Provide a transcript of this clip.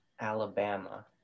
alabama